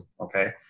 Okay